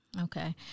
Okay